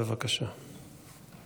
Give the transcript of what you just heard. אדוני היושב-ראש, חבריי